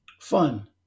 Fun